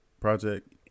project